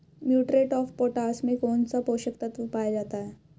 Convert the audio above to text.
Muriate of potash में कौन सा पोषक तत्व पाया जाता है?